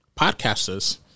Podcasters